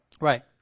Right